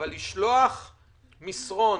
אבל לשלוח מסרון